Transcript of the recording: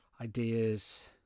Ideas